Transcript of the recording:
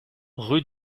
rue